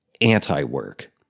anti-work